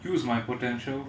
use my potential